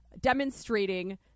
demonstrating